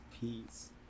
Peace